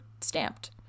stamped